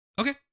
Okay